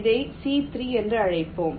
இதை C 3 என்று அழைப்போம்